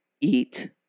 eat